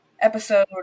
Episode